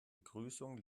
begrüßung